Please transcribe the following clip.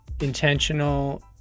intentional